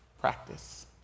practice